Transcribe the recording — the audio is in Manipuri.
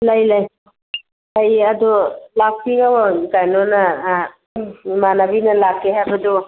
ꯂꯩ ꯂꯩ ꯂꯩ ꯑꯗꯨ ꯂꯥꯛꯄꯤꯌꯣ ꯀꯩꯅꯣꯅ ꯏꯃꯥꯟꯅꯕꯤꯅ ꯂꯥꯛꯀꯦ ꯍꯥꯏꯕꯗꯨ